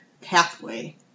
pathway